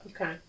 Okay